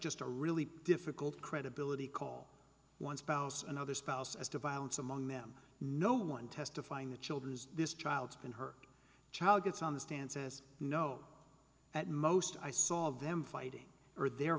just a really difficult credibility call one spouse and other spouse as to violence among them no one testifying the children this child and her child gets on the stance is no at most i saw them fighting for their